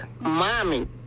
mommy